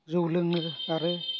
जौ लोङो आरो